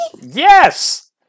Yes